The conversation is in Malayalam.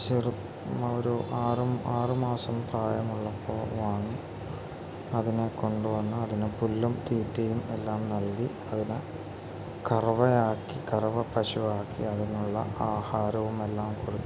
ഒരു ആറ് ആറ് മാസം പ്രായമുള്ളപ്പോൾ വാങ്ങി അതിനെ കൊണ്ടു വന്ന് അതിന് പുല്ലും തീറ്റയും എല്ലാം നൽകി അതിനെ കറവയാക്കി കറവ പശുവാക്കി അതിനുള്ള ആഹാരവും എല്ലാം കൊടുത്ത്